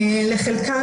לחלקן